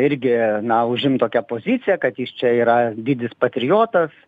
irgi na užimt tokią poziciją kad jis čia yra didis patriotas